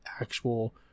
actual